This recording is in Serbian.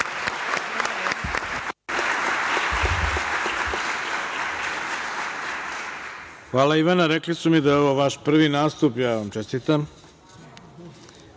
Hvala Ivana. Rekli su mi da je ovo vaš prvi nastup. Ja vam čestitam